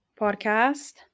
podcast